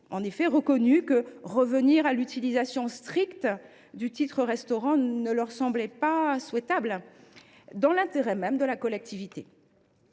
que j’ai menées, revenir à l’utilisation stricte du titre restaurant ne semblait pas souhaitable, dans l’intérêt même de la collectivité.